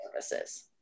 services